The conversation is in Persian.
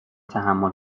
تحمل